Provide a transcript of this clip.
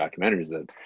documentaries—that